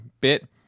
bit